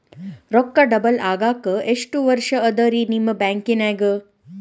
ರೊಕ್ಕ ಡಬಲ್ ಆಗಾಕ ಎಷ್ಟ ವರ್ಷಾ ಅದ ರಿ ನಿಮ್ಮ ಬ್ಯಾಂಕಿನ್ಯಾಗ?